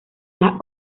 las